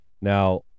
now